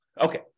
Okay